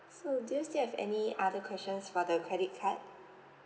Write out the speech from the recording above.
so do you still have any other questions for the credit card